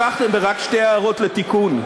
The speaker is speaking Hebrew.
פרופסור טרכטנברג, רק שתי הערות לתיקון.